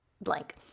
blank